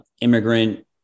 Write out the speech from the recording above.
immigrant